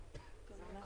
יוסי אבו,